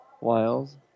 Wiles